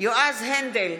יועז הנדל,